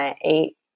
eight